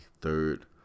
third